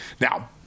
Now